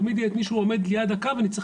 תמיד יהיה את מי שעומד ליד הקו ואני צריך